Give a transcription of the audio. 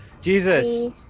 Jesus